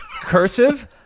cursive